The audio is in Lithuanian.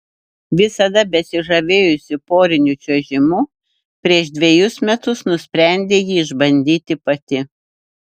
visada besižavėjusi poriniu čiuožimu prieš dvejus metus nusprendė jį išbandyti pati